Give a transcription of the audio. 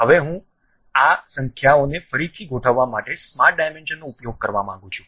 હવે હું આ સંખ્યાઓને ફરીથી ગોઠવવા માટે સ્માર્ટ ડાયમેન્શનનો ઉપયોગ કરવા માંગુ છું